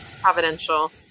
providential